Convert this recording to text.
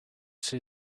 see